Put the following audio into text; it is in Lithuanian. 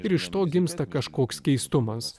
ir iš to gimsta kažkoks keistumas